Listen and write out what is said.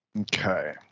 Okay